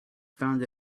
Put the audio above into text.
found